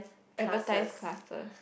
advertise classes